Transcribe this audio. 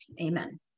amen